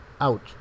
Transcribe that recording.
out